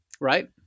Right